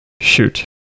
Shoot